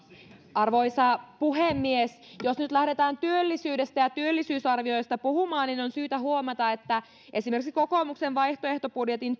arvoisa puhemies jos nyt lähdetään työllisyydestä ja työllisyysarvioista puhumaan niin on syytä huomata että esimerkiksi kokoomuksen vaihtoehtobudjetin